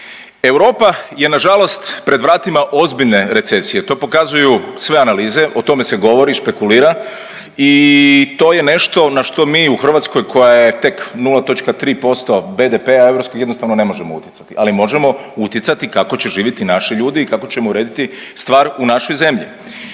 Europa je nažalost pred vratima ozbiljne recesije, to pokazuju sve analize, o tome se govori i špekulira i to je nešto na što mi u Hrvatskoj koja je tek 0.3% BDP-a europskog jednostavno ne možemo utjecati, ali možemo utjecati kako će živjeti naši ljudi i kako ćemo urediti stvar u našoj zemlji.